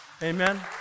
Amen